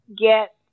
get